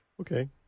Okay